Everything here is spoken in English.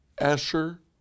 Asher